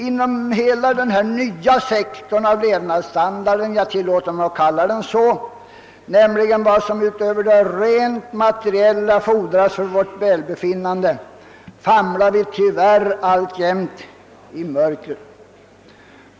Inom hela denna nya sektor av levnadsstandarden — jag tilllåter mig att kalla det som utöver det rent materiella fordras för vårt välbefinnande för levnadsstandard — famlar vi tyvärr alltjämt i mörker.